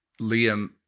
Liam